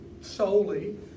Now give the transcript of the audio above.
solely